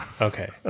Okay